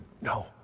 No